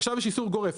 עכשיו יש איסור גורף.